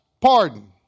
pardon